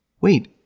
wait